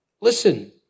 Listen